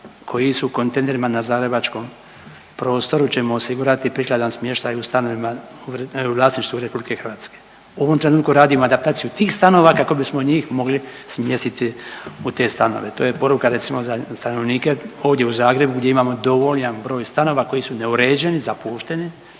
koji su u kontejnerima na zagrebačkom prostoru ćemo osigurati prikladan smještaj u stanovima u vlasništvu RH. U ovom trenutku radimo adaptaciju tih stanova kako bismo njih mogli smjestiti u te stanove. To je poruka recimo za stanovnike ovdje u Zagrebu gdje imamo dovoljan broj stanova koji su neuređeni i zapušteni